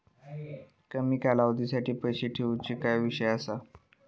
कमी कालावधीसाठी पैसे ठेऊचो काय विषय असा?